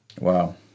Wow